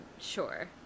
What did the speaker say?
sure